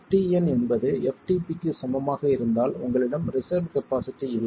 ftn என்பது ftp க்கு சமமாக இருந்தால் உங்களிடம் ரிசர்வ் கபாஸிட்டி இல்லை